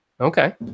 Okay